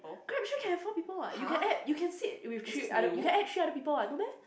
Grab share can four people what you can add you can sit with three other you can add three other people what no meh